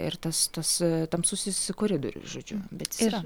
ir tas tas tamsusis koridorius žodžiu bet jis yra